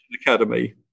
Academy